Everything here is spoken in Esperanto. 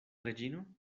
reĝino